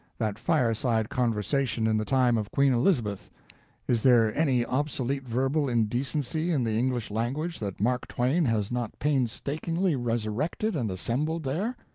that fireside conversation in the time of queen elizabeth is there any obsolete verbal indecency in the english language that mark twain has not painstakingly resurrected and assembled there?